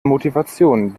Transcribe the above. motivation